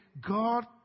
God